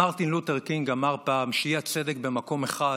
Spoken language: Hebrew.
מרטין לותר קינג אמר פעם שהאי-צדק במקום אחד